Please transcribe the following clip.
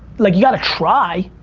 like you gotta try.